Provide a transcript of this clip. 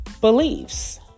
beliefs